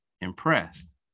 impressed